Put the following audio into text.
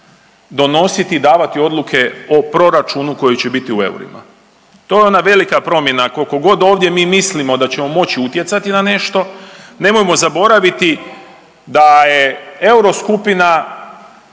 donositi i davati odluke o proračunu koji će biti u eurima. To je ona velika promjena, koliko god ovdje mi mislimo da ćemo moći utjecati na nešto, nemojmo zaboraviti da je Euroskupina